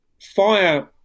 fire